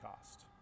cost